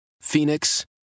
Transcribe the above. Phoenix